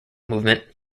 movement